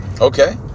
Okay